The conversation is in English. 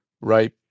right